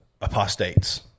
apostates